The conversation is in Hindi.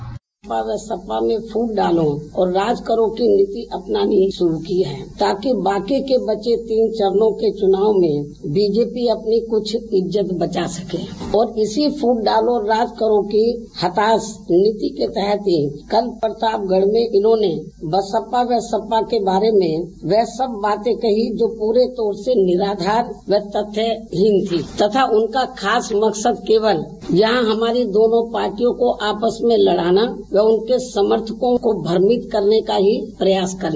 बाइट मायावती सपा बसपा में फूट डालो और राज करो की नीति अपनानी शुरू की है ताकि बाकी के बचे तीन चरणों के चुनाव में बीजेपी अपनी कुछ इज्जत बचा सके और काफी फूट डालो राज करो की हताश नीति के तहत ही कल प्रतापगढ़ में उन्होंने बसपा व सपा के बारे में वह सब बातें कहीं जो पूरी तरह से निराधार व तथ्यहीन थी तथा उनका खास मकसद केवल जहां हमारी दोनों पार्टियों को आपस में लड़ाना व उनके समर्थकों को भ्रमित करने का ही प्रयास करना था